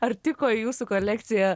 ar tiko į jūsų kolekcija